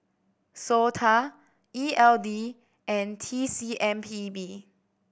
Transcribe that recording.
SOTA E L D and T C M P B